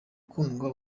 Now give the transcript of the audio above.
ukundwa